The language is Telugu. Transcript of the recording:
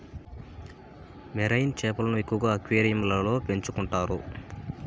మెరైన్ చేపలను ఎక్కువగా అక్వేరియంలలో పెంచుకుంటారు